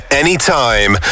anytime